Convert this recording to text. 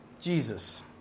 Jesus